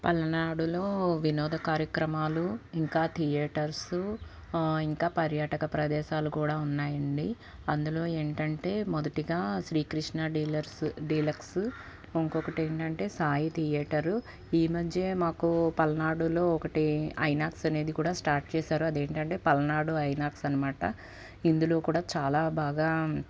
పల్నాడులో వినోద కార్యక్రమాలు ఇంకా థియేటర్స్ ఇంకా పర్యాటక ప్రదేశాలు కూడా ఉన్నాయండి అందులో ఏంటంటే మొదటగా శ్రీకృష్ణ డీలర్స్ డీలక్స్ ఇంకొకటి ఏంటంటే సాయి థియేటరు ఈ మధ్యే మాకు పల్నాడులో ఒకటి ఐనాక్స్ అనేది కూడా స్టార్ట్ చేశారు అది ఏంటంటే ఏంటంటే పల్నాడు ఐనాక్స్ అనమాట ఇందులో కూడా చాలా బాగా